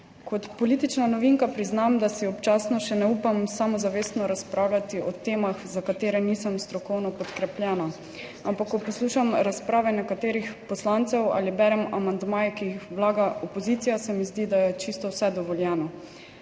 Kot politična novinka priznam, da si občasno še ne upam samozavestno razpravljati o temah, za katere nisem strokovno podkrepljena, ampak ko poslušam razprave nekaterih poslancev ali berem amandmaje, ki jih vlaga opozicija, se mi zdi, da je čisto vse dovoljeno.